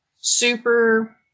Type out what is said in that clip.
super